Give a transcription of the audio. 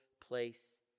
place